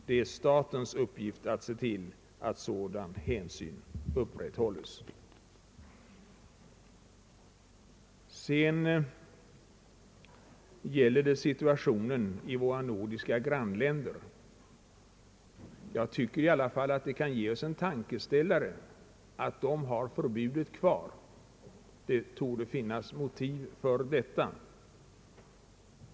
Det är statens uppgift att se till att sådan hänsyn upprätthålles.» Sedan gäller det situationen i våra nordiska grannländer. Jag tycker att det bör kunna ge oss en tankeställare att de har förbudet kvar. Det torde finnas motiv härför.